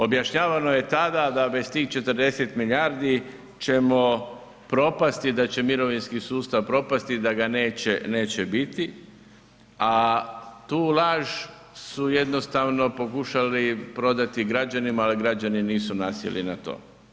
Objašnjavano je tada da bez tih 40 milijardi ćemo propasti i da će mirovinski sustav propasti, da ga neće, neće biti, a tu laž su jednostavno pokušali prodati građanima, ali građani nisu nasjeli na to.